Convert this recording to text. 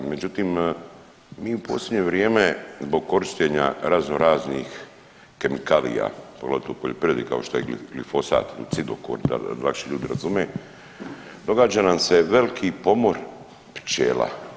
Međutim, mi u posljednje vrijeme zbog korištenja raznoraznih kemikalija, pogotovo u poljoprivredi, kao što je glifosat ili cidokor, da lakše ljudi razume, događa nam se veliki pomor pčela.